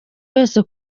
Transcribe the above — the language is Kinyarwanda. wese